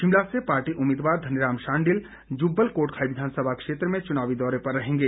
शिमला से पार्टी उम्मीदवार धनीराम शांडिल जुब्बल कोटखाई विधानसभा क्षेत्र में चुनावी दौरे पर रहेंगे